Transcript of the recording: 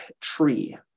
Tree